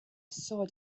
saw